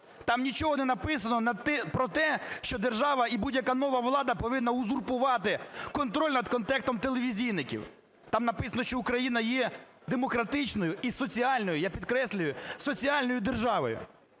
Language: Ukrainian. там нічого не написано про те, що держава, і будь-яка нова влада повинна узурпувати контроль над контекстом телевізійників. Там написано, що Україна є демократичною і соціальною, я підкреслюю, соціальною державою.